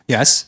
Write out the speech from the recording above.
Yes